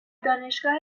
دانشگاه